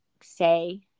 say